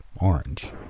orange